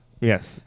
Yes